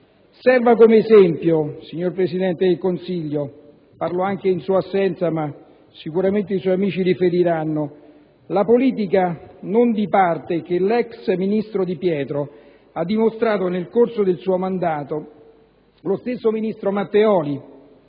Serva come esempio, signor Presidente del Consiglio - parlo anche in sua assenza, ma sicuramente i suoi amici le riferiranno - la politica non di parte che l'ex ministro Di Pietro ha dimostrato nel corso del suo mandato. Lo stesso ministro Matteoli,